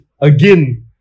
again